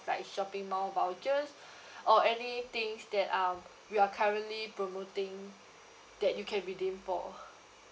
like shopping mall vouchers or anything's that um we are currently promoting that you can redeem for